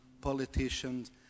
politicians